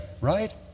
right